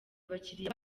abakiriya